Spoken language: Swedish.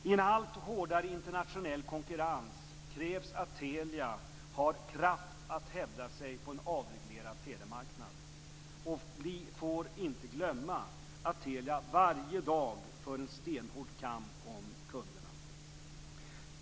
I en allt hårdare internationell konkurrens krävs att Telia har kraft att hävda sig på en avreglerad telemarknad. Vi får inte glömma att Telia varje dag för en stenhård kamp om kunderna.